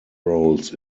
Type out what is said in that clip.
roles